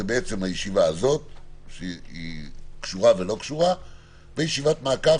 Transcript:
זאת בעצם הישיבה שקשורה ולא קשורה; וישיבת מעקב